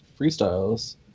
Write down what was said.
freestyles